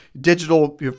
digital